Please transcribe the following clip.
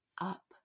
up